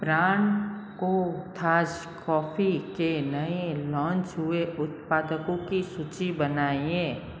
brand Kothas coffee के नए launch हुए उत्पादकों की सूची बनाएँ